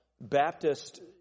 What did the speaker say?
Baptist